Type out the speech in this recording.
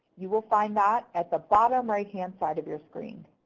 you will find that at the bottom right-hand side of your screen.